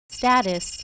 Status